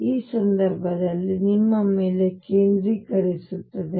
ಆದ್ದರಿಂದ ಈ ಸಂದರ್ಭದಲ್ಲಿ ನಿಮ್ಮ ಮೇಲೆ ಕೇಂದ್ರೀಕರಿಸುತ್ತದೆ